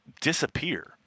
disappear